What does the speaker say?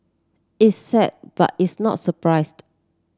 it's sad but its not surprised